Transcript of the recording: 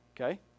okay